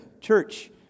Church